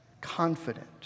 confident